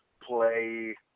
Play